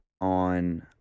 on